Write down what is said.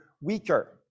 weaker